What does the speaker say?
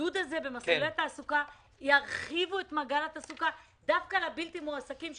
העידוד הזה במסלולי תעסוקה ירחיב את מעגל התעסוקה דווקא לבלתי מועסקים,